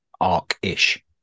arc-ish